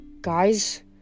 Guys